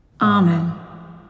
Amen